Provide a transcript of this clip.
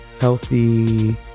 healthy